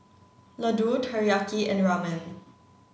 Ladoo Teriyaki and Ramen